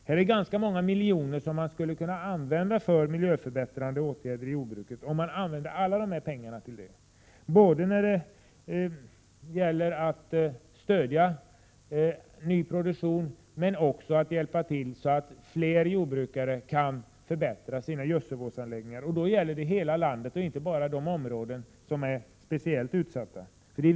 Det är ganska många miljoner som skulle kunna användas för miljöförbättrande åtgärder i jordbruket, om alla pengar användes, både för att stödja ny produktion men också för att hjälpa till så att fler jordbrukare kan förbättra sina gödselanläggningar. Det gäller hela landet och inte bara de områden som är speciellt utsatta.